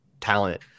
talent